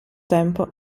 tempo